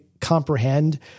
comprehend